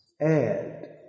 add